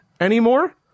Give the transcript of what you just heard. anymore